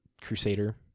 crusader